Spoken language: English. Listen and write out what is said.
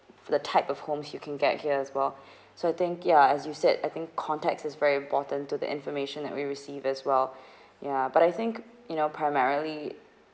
for the type of home you can get here as well so I think ya as you said I think context is very important to the information that we receive as well ya but I think you know primarily